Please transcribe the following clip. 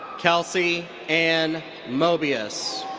kelsey ann moebius.